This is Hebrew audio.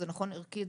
זה נכון ערכית,